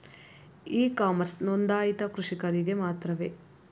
E commerce ನೊಂದಾಯಿತ ಕೃಷಿಕರಿಗೆ ಮಾತ್ರವೇ?